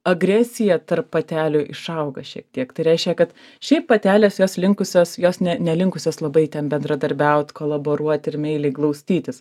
agresija tarp patelių išauga šiek tiek tai reiškia kad šiaip patelės jos linkusios jos ne nelinkusios labai ten bendradarbiaut kolaboruot ir meiliai glaustytis